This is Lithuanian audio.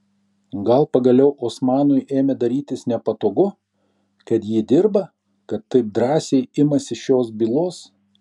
gal pagaliau osmanui ėmė darytis nepatogu kad ji dirba kad taip drąsiai imasi šios bylos